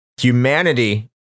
Humanity